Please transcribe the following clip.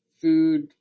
food